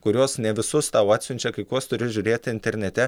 kuriuos ne visus tau atsiunčia kai kuos turi žiūrėti internete